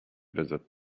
visit